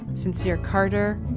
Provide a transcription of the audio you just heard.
sincere carter,